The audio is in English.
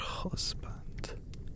husband